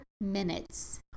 minutes